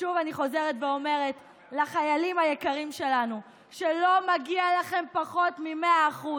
ושוב אני חוזרת ואומרת לחיילים היקרים שלנו: לא מגיע לכם פחות מ-100%,